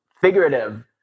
figurative